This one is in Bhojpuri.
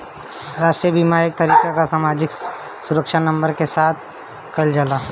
राष्ट्रीय बीमा एक तरीके कअ सामाजिक सुरक्षा नंबर के साथ कइल जाला